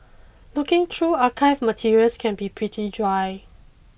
looking through archived materials can be pretty dry